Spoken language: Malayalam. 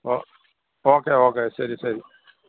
ഓ ഓക്കെ ഓക്കെ ശരി ശരി